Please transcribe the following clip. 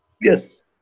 Yes